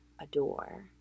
adore